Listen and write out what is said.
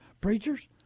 preachers